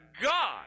God